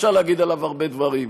אפשר להגיד עליו הרבה דברים.